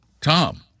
Tom